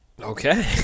Okay